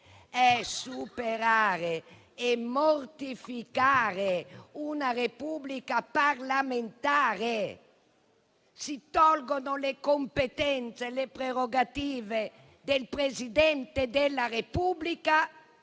è superare e mortificare una Repubblica parlamentare. Si tolgono le competenze e le prerogative del Presidente della Repubblica